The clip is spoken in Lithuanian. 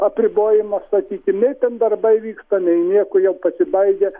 apribojimo sakykim nei ten darbai vyksta nei nieko jau pasibaigę